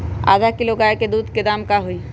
आधा किलो गाय के दूध के का दाम होई?